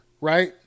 right